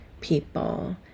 people